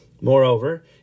Moreover